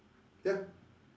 ya